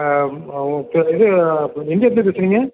ஓ இது எங்கே இருந்து பேசுகிறீங்க